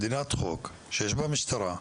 במדינת חוק שיש בה משטרה,